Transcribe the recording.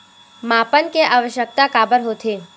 मापन के आवश्कता काबर होथे?